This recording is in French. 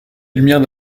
lumière